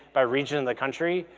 by region of the country,